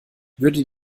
würde